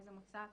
מאיזה מוצא אתה,